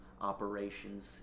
operations